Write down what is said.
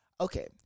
okay